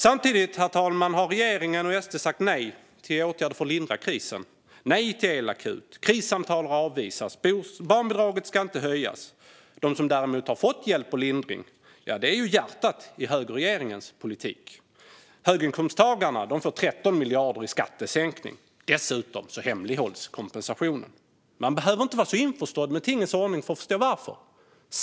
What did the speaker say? Samtidigt, herr talman, har regeringen och SD sagt nej till åtgärder för att lindra krisen. De har sagt nej till en elakut. Krissamtal har avvisats. Barnbidraget ska inte höjas. De som däremot har fått hjälp och lindring är hjärtat i högerregeringens politik. Höginkomsttagarna får 13 miljarder i skattesänkningar. Dessutom hemlighålls kompensationen. Man behöver inte vara så införstådd med tingens ordning för att förstå varför.